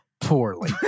poorly